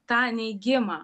tą neigimą